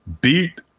beat